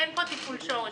אין פה טיפול שורש.